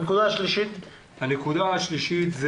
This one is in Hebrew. הנקודה השלישית היא